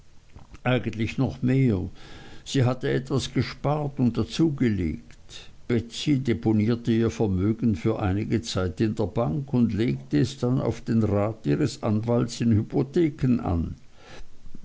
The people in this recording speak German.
eigentlich noch mehr sie hatte etwas gespart und dazugelegt betsey deponierte ihr vermögen für einige zeit in der bank und legte es dann auf den rat ihres anwalts in hypotheken an